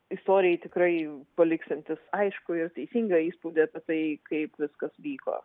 istorijai tikrai paliksiantis aiškų ir teisingą įspūdį apie tai kaip viskas vyko